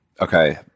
Okay